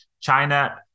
china